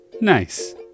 Nice